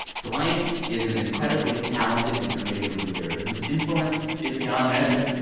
blank is an incredibly talented and creative leader whose influence is beyond measure.